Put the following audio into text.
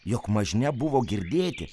jog mažne buvo girdėti